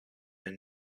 and